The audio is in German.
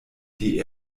die